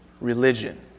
religion